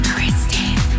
Kristen